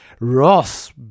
Ross